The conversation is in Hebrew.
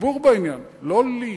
הדיבור בעניין, לא לי,